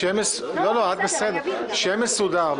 שיהיה מסודר.